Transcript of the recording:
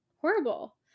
Horrible